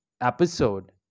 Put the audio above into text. episode